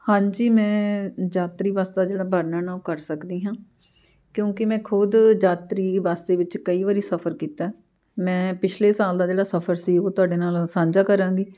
ਹਾਂਜੀ ਮੈਂ ਯਾਤਰੀ ਬੱਸ ਦਾ ਜਿਹੜਾ ਵਰਣਨ ਆ ਉਹ ਕਰ ਸਕਦੀ ਹਾਂ ਕਿਉਂਕਿ ਮੈਂ ਖੁਦ ਯਾਤਰੀ ਬੱਸ ਦੇ ਵਿੱਚ ਕਈ ਵਾਰੀ ਸਫ਼ਰ ਕੀਤਾ ਮੈਂ ਪਿਛਲੇ ਸਾਲ ਦਾ ਜਿਹੜਾ ਸਫ਼ਰ ਸੀ ਉਹ ਤੁਹਾਡੇ ਨਾਲ ਸਾਂਝਾ ਕਰਾਂਗੀ